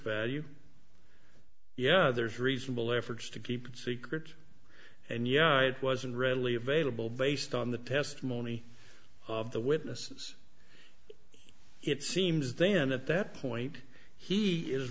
value yeah there's reasonable efforts to keep it secret and yeah it wasn't readily available based on the testimony of the witnesses it seems then at that point he is